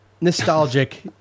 nostalgic